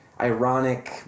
ironic